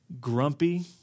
grumpy